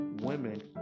Women